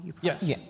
Yes